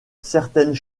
certaines